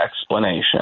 explanation